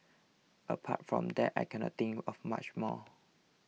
apart from that I cannot think of much more